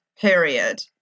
period